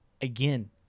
again